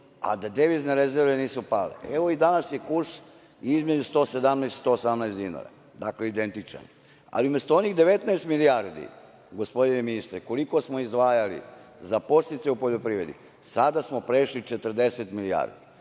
da devizne rezerve nisu pale. Evo, i danas je kurs između 117 i 118 dinara. Dakle, identičan je. Ali, umesto onih 19 milijardi, gospodine ministre, koliko smo izdvajali za podsticaje u poljoprivredi, sada smo prešli 40 milijardi.